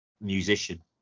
musician